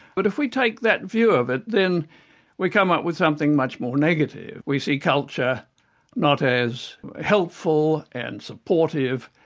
but if we take that view of it, then we come up with something much more negative we see culture not as helpful and supportive,